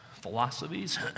Philosophies